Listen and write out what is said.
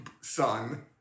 son